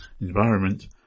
environment